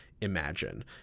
imagine